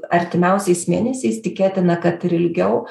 artimiausiais mėnesiais tikėtina kad ir ilgiau